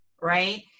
right